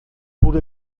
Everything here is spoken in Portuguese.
por